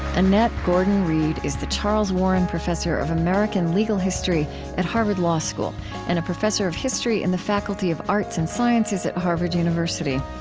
annette gordon-reed is the charles warren professor of american legal history at harvard law school and a professor of history in the faculty of arts and sciences at harvard university.